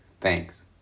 Thanks